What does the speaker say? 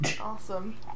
Awesome